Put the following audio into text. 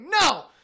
no